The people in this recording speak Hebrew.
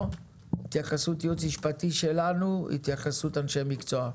התייחסות הייעוץ המשפטי שלנו והתייחסות אנשי המקצוע.